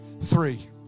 three